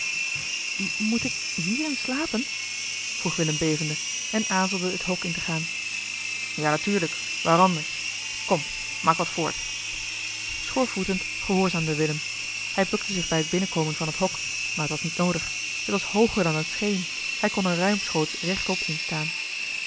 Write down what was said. moet ik hierin slapen vroeg willem bevende en aarzelde het hok in te gaan ja natuurlijk waar anders kom maak wat voort eli heimans willem roda schoorvoetend gehoorzaamde willem hij bukte zich bij het binnenkomen van het hok maar het was niet noodig het was hooger dan het scheen hij kon er ruimschoots rechtop in